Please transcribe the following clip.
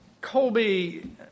Colby